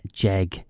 jeg